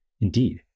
Indeed